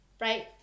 right